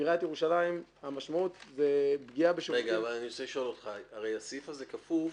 לעיריית ירושלים המשמעות היא פגיעה בשירותים --- אבל הסעיף הזה כפוף,